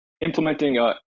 Implementing